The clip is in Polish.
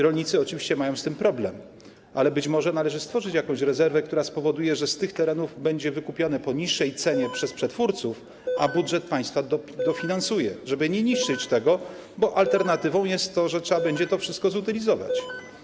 Rolnicy oczywiście mają z tym problem, ale być może należy stworzyć jakąś rezerwę, która spowoduje, że z tych terenów będzie to wykupione po niższej cenie przez przetwórców, a budżet państwa to dofinansuje, żeby tego nie niszczyć, bo alternatywą jest to, że trzeba będzie to wszystko zutylizować.